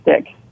stick